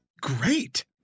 great